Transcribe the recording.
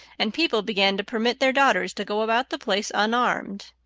and people began to permit their daughters to go about the place unarmed.